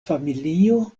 familio